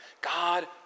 God